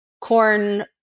corn